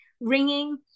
ringing